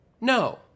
no